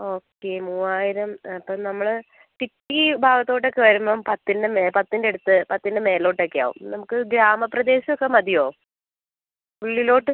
okay മൂവായിരം അപ്പം നമ്മൾ സിറ്റി ഭാഗത്തോട്ടൊക്കെ വരുമ്പം പത്തിൻ്റെ പത്തിൻ്റെ അടുത്ത് പത്തിൻ്റെ മേലോട്ടൊക്കെ ആവും നമുക്ക് ഗ്രാമ പ്രദേശം ഒക്കെ മതിയോ ഉള്ളിലോട്ട്